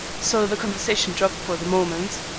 so the conversation dropped for the moment.